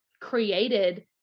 created